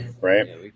right